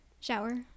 Shower